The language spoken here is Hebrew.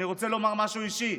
אני רוצה לומר משהו אישי.